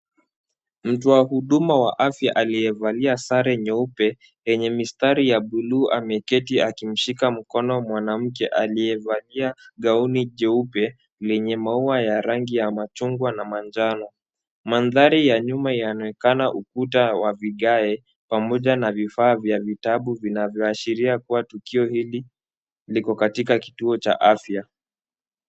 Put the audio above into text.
Mtoa huduma wa afya aliyevalia sare nyeupe yenye mistari ya buluu ameketi akimshika mkono mwanamke aliyevalia gauni jeupe lenye maua ya rangi ya machungwa na manjano. Mandhari ya nyuma yanaonekana ukuta wa vigae pamoja na vifaa vya vitabu vinavyoashiria kuwa tukio hili liko katika kituo cha afya.